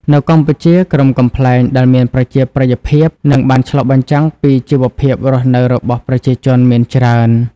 នៅកម្ពុជា ក្រុមកំប្លែងដែលមានប្រជាប្រិយភាព និងបានឆ្លុះបញ្ចាំងពីជីវភាពរស់នៅរបស់ប្រជាជនមានច្រើន។